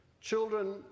children